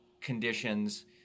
conditions